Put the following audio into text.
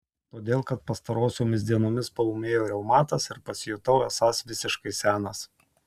todėl kad pastarosiomis dienomis paūmėjo reumatas ir pasijutau esąs visiškai senas